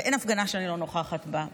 ואין הפגנה שאני לא נוכחת בה,